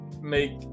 make